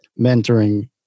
mentoring